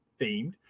themed